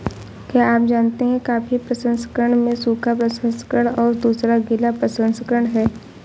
क्या आप जानते है कॉफ़ी प्रसंस्करण में सूखा प्रसंस्करण और दूसरा गीला प्रसंस्करण है?